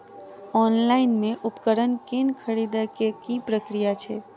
Online मे उपकरण केँ खरीदय केँ की प्रक्रिया छै?